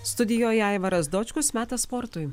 studijoje aivaras dočkus metas sportui